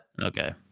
Okay